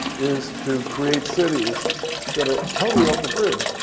is to create cities that are totally off the grid.